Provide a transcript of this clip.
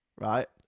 right